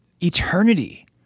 eternity